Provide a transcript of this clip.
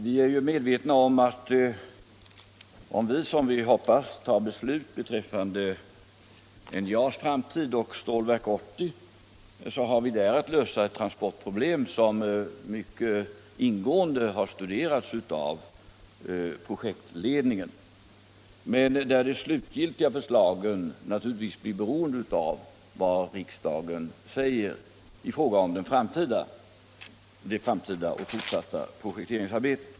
Vi är medvetna om att om riksdagen, som vi hoppas, tar beslut beträffande NJA:s framtid och Stålverk 80, har vi där att lösa ett transportproblem, som mycket ingående har studerats av projektledningen, men där de slutgiltiga förslagen naturligtvis blir beroende av vad riksdagen säger i fråga om det framtida projekteringsarbetet.